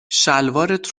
شلوارت